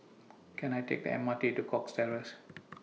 Can I Take The M R T to Cox Terrace